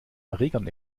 erregern